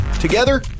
Together